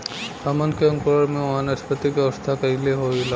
हमन के अंकुरण में वानस्पतिक अवस्था कइसे होला?